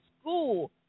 school